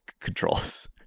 controls